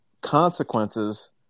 consequences